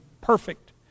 perfect